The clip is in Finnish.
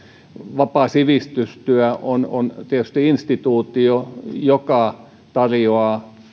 vapaa sivistystyö on on tietysti instituutio joka tarjoaa